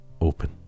Open